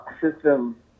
system